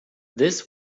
this